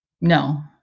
No